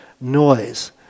noise